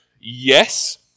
Yes